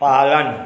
पालन